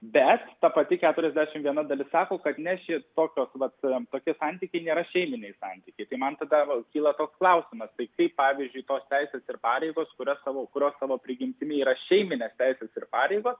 bet ta pati keturiasdešimt viena dalis sako kad ne šitokios vat tokie santykiai nėra šeiminiai santykiai tai man tada kyla klausimas tai kaip pavyzdžiui tos teisės ir pareigos kurias savo kurios savo prigimtimi yra šeiminė teisės ir pareigos